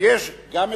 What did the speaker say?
גם אזרחות.